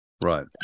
Right